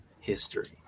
history